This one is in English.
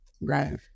Right